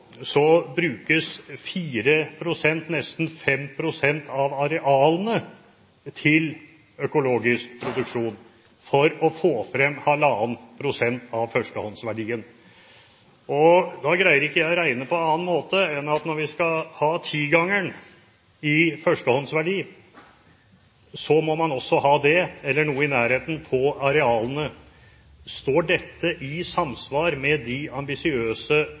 brukes 4 pst., nesten 5 pst., av arealene til økologisk produksjon for å få frem 1,5 pst. av førstehåndsverdien. Da greier ikke jeg å regne på annen måte enn at når vi skal ha ti-gangen i førstehåndverdi, må vi også ha det – eller noe i nærheten av det – når det gjelder arealene. Står dette i samsvar med de ambisiøse